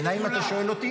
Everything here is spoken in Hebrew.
את כולם, את כולם.